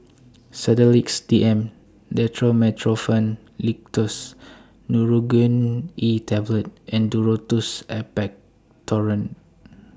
Sedilix D M Dextromethorphan Linctus Nurogen E Tablet and Duro Tuss Expectorant